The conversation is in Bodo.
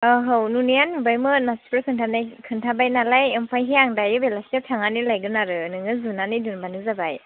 औ हौ नुनाया नुबायमोन मानसिफोर खोन्थानाय खोन्थाबाय नालाय ओमफ्रायहाय आं दायो बेलासियाव थांनानै लायगोन आरो नोङो जुनानै दोनबानो जाबाय